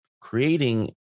creating